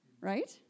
right